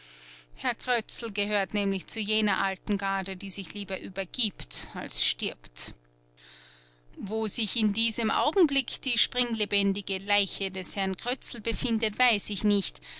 herr krötzl gehört nämlich zu jener alten garde die sich lieber übergibt als stirbt wo sich in diesem augenblick die springlebendige leiche des herrn krötzl befindet weiß ich nicht